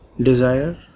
Desire